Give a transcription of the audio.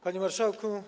Panie Marszałku!